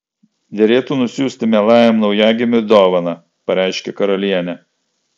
derėtų nusiųsti mielajam naujagimiui dovaną pareiškė karalienė